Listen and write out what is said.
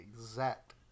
exact –